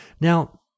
Now